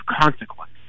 consequence